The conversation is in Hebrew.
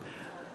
נתקבל.